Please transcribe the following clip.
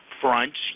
fronts